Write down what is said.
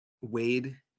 Wade